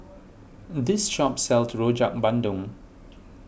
this shop sells Rojak Bandung